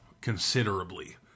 considerably